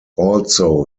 also